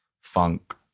funk